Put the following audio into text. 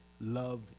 love